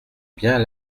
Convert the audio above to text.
bien